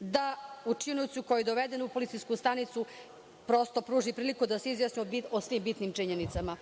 da učiniocu koji je doveden u policijsku stanicu pruži priliku da se izjasni o svim bitnim činjenicama.